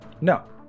No